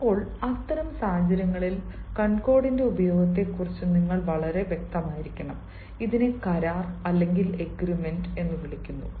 ഇപ്പോൾ അത്തരം സാഹചര്യങ്ങളിൽ കോൺകോർഡിന്റെ ഉപയോഗത്തെക്കുറിച്ച് നിങ്ങൾ വളരെ വ്യക്തമായിരിക്കണം ഇതിനെ കരാർ എന്ന് വിളിക്കുന്നു